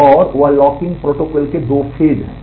और वह locking protocol के दो फेज हैं